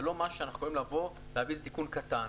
זה לא משהו שאנחנו יכולים לבוא להעביר תיקון קטן.